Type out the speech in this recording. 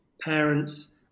parents